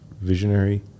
visionary